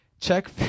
check